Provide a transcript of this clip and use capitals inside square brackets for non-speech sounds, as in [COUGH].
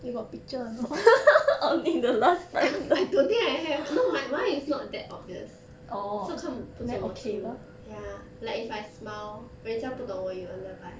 [LAUGHS] I don't think I have no mi~ mine is not that obvious so 看不这么出 ya like if I smile 人家不懂我有 underbite